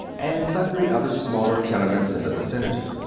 and sundry other smaller tenements in the vicinity.